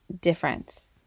difference